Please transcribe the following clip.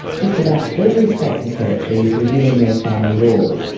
just about every state and territory is reviewing their family laws,